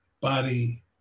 body